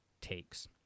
takes